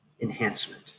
enhancement